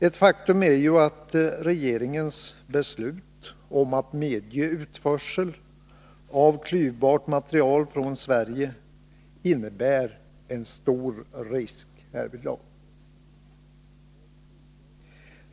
Ett faktum är ju att regeringens beslut om att medge utförsel av klyvbart material från Sverige innebär en stor risk härvidlag.